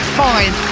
fine